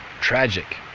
Tragic